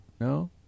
No